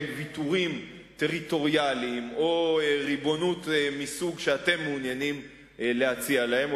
ויתורים טריטוריאליים כלשהם או ריבונות מסוג שאתם מעוניינים להציע להם,